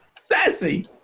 Sassy